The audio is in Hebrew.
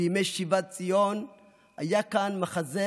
בימי שיבת ציון היה כאן מחזה